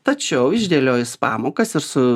tačiau išdėliojus pamokas ir su